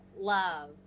love